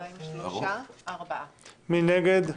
מי נגד?